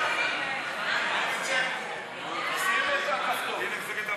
מימון בחירות מקדימות למועמד שהוא נבחר הציבור),